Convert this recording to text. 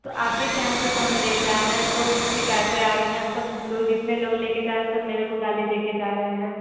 तो आप ही के यहां से हम लेके आए हैं तो शिकायतें आ रही हैं सब लोग जितने लोग लेके जा रहे हैं सब मेरे को गाली देके जा रहे हैं